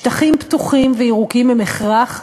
שטחים פתוחים וירוקים הם הכרח,